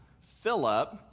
Philip